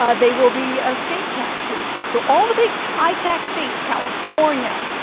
ah they will be ah estate tax-free. so all the big high-tax states california,